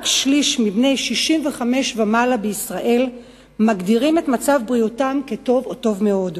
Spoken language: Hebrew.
רק שליש מבני 65 ומעלה בישראל מגדירים את מצב בריאותם טוב או טוב מאוד.